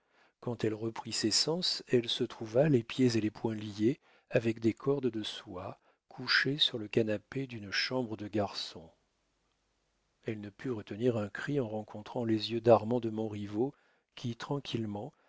quand elle reprit ses sens elle se trouva les pieds et les poings liés avec des cordes de soie couchée sur le canapé d'une chambre de garçon elle ne put retenir un cri en rencontrant les yeux d'armand de montriveau qui tranquillement